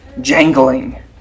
jangling